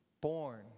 born